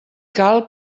cal